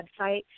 website